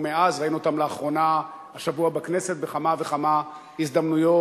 ומאז ראינו אותם לאחרונה השבוע בכנסת בכמה וכמה הזדמנויות,